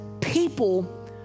people